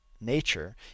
nature